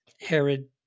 Herod